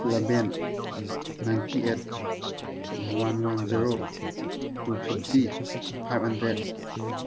eleven ninety eight one one zero two fifty five hundred